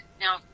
now